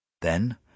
Then